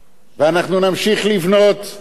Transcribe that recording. ואנחנו נמשיך לבנות, שלא ינסרו לך.